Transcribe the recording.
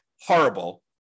horrible